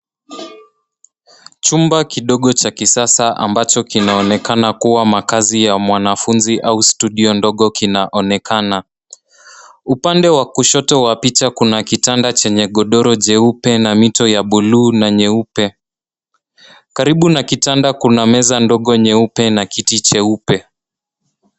Chumba kidogo cha kisasa ambacho kinaonekana kuwa makazi ya mwanafunzi au studio ndogo kinaonekana. Upande wa kushoto wa picha kuna kitanda chenye godoro jeupe na mito ya buluu na nyeupe. Karibu na kitanda kuna meza ndogo nyeupe na kiti cheupe.